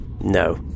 No